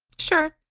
sure.